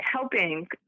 helping